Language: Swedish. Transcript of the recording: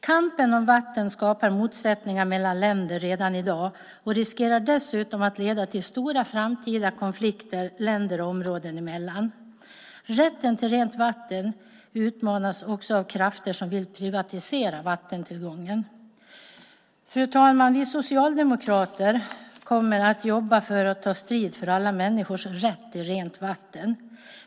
Kampen om vatten skapar motsättningar mellan länder redan i dag, och riskerar dessutom att leda till stora framtida konflikter länder och områden emellan. Rätten till rent vatten utmanas också av krafter som vill privatisera vattentillgången. Fru talman! Vi socialdemokrater kommer att ta strid för alla människors rätt till rent vatten.